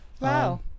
Wow